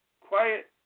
quiet